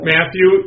Matthew